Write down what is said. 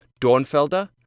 Dornfelder